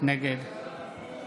נגד